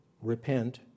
repent